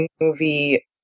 movie